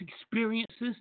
experiences